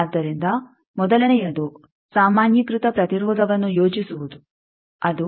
ಆದ್ದರಿಂದ ಮೊದಲನೆಯದು ಸಾಮಾನ್ಯೀಕೃತ ಪ್ರತಿರೋಧವನ್ನು ಯೋಜಿಸುವುದು ಅದು ಆಗಿರುತ್ತದೆ